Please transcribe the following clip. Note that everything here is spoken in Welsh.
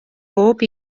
bob